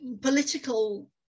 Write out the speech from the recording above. political